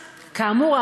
כאמור,